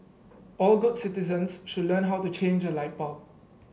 all good citizens should learn how to change a light bulb